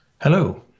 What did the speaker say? Hello